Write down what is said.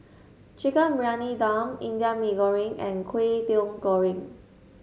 Chicken Briyani Dum Indian Mee Goreng and Kway Teow Goreng